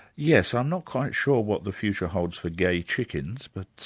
yes, i'm not quite sure what the future holds for gay chickens, but